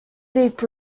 deep